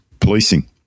policing